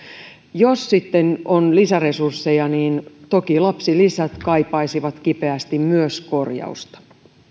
jos sitten on lisäresursseja niin toki lapsilisät kaipaisivat kipeästi myös korjausta